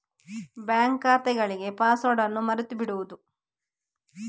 bank ಖಾತೆಗಳಿಗೆ password ಅನ್ನು ಮರೆತು ಬಿಡುವುದು